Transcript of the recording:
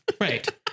Right